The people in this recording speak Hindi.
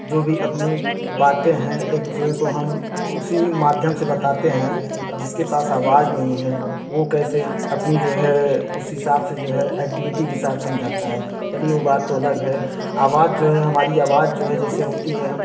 जो भी अपनी बातें हैं एक दूसरे को हम उसी माध्यम से बताते हैं अब जिसके पास आवाज़ नहीं है वो कैसे अपनी जो है उस हिसाब से जो है एक्टिविटी की हिसाब समझता है चलिए वो बात तो अलग है आवाज़ जो है हमारी ये आवाज़ जो है जैसे होती है हम